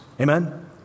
Amen